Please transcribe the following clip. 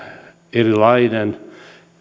erilainen